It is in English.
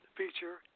feature